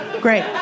great